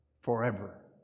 forever